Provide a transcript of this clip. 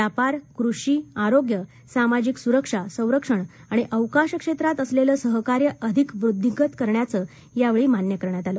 व्यापार कृषी आरोग्य सामाजिक सुरक्षा सरक्षण आणि अवकाश क्षेत्रांत असलेले सहकार्य अधिक वृद्धिंगत करण्याचं यावेळी मान्य करण्यात आलं